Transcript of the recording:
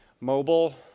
mobile